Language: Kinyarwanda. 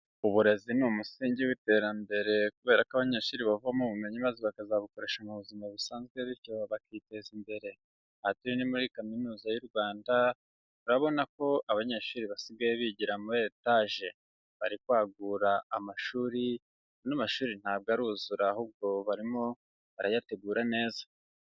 Uburezi ni umusingi w'iterambere, kubera ko abanyeshuri bavomamo ubumenyi maze bakazabukoresha mu buzima busanzwe bityo bakiteza imbere. Aha turi ni muri Kaminuza y'u Rwanda, urabona ko abanyeshuri basigaye bigira muri etaje. Bari kwagura amashuri, ano mashuri ntabwo aruzura ahubwo barimo barayategura neza.